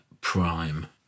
Prime